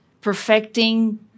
perfecting